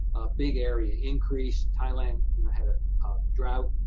big area increase. thailand you know had a drought,